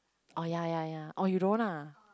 oh ya ya ya oh you don't want ah